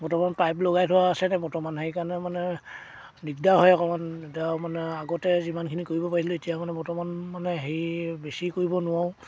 বৰ্তমান পাইপ লগাই থোৱা আছে নে বৰ্তমান সেইকাৰণে মানে দিগদাৰ হয় অকণমান এতিয়া মানে আগতে যিমানখিনি কৰিব পাৰিছিলোঁ এতিয়া মানে বৰ্তমান মানে হেৰি বেছি কৰিব নোৱাৰোঁ